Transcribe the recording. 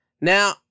now